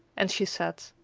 and she said,